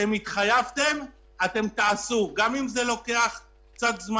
לגבי הצורך בתיאום מס למי שמקבל גם דמי אבטלה,